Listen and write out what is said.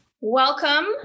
Welcome